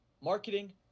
Marketing